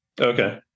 Okay